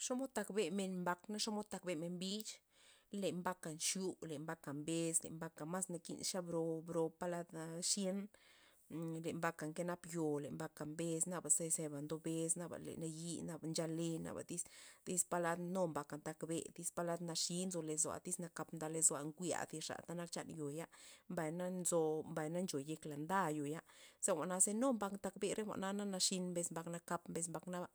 Xomod tak bemen mbak na xomod tak bemen bix, le mbaka nxu le mbak mbes le mbaka nakin maska bro- bro palad xyen le mbaka nke nap yo'o le mbaka mbes naba ze- zeba ndo bes naba le nayi naba nchale naba tyz- tyz palad nu mbaka ntakbe tyz palad naxi nzolo lozo'a tyz nakap nzo lozo'a njwi'na thi xan yo'ya mbay na nzo mbay ncho yek la nda yo'ya za jwa'na nu mbak ntakbe re jwa'na na naxin mbes mbak kap mbes mbak naba,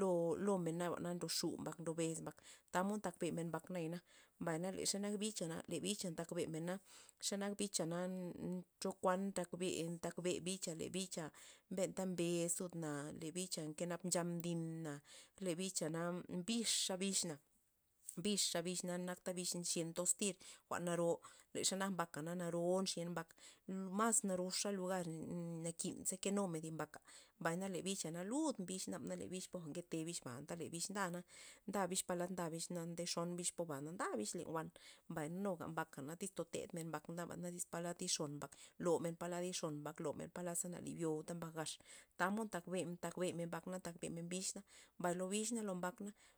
lo- lo men naba ndoxu ma' ndo bes mbak tamod ntak bemen mbak nayana, mbay xe nak bicha le bicha ntak bemena xa nak bich na chokuan ntakbe- ntakbe bicha le bicha benta mbes ludna le bicha nke nap ncha mdina' le bicha na mbixa bixna, mbixa bixna nak bix nxyen toztir jwa'n naro le xa nak mbakana naro nxyen mbak, mas naroxa lugar n- nakin ze kenun thi mbaka, mbay na le bicha na lud bux naba le bix poja anta le bix ndana nda bix nande xon bix poba nda bix len wan, mbay na nuga mbaka tys to tedmen mbak nabana iz palad ye xon mbak lo men polad ye xon mbak lo men palad za na libyota mbak gaxa tamod ntak bemen tamod ntak bemen mbak ntak bemen bix na, mbay na lo bix na mbay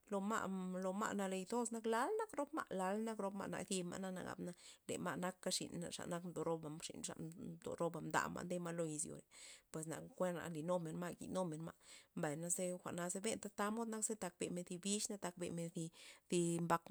lo ma' lo ma' nale toz lal nak rop ma' na zip ma' le ma' naka xin xa nak mdo roba xin xa mdo roba mda ma' nde ma' lo izyore pues kuen linumen ma' njinumen ma' mbay zejwa'na benta tamod ze ntak bemen zi bix na ntak zi- zi mbak.